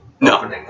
No